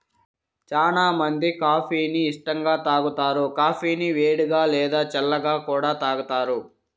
చానా మంది కాఫీ ని ఇష్టంగా తాగుతారు, కాఫీని వేడిగా, లేదా చల్లగా కూడా తాగుతారు